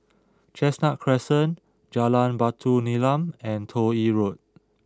Chestnut Crescent Jalan Batu Nilam and Toh Yi Road